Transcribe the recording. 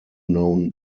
known